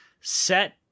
set